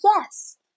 yes